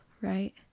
right